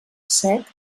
set